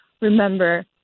remember